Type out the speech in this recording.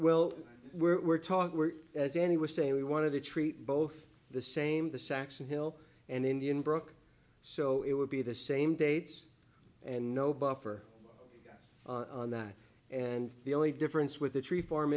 well we're talk we're as any was saying we want to treat both the same the saxon hill and indian broke so it would be the same dates and no buffer on that and the only difference with the tree farm